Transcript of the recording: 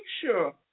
sure